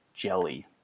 Jelly